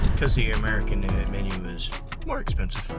because the american menu is more expensive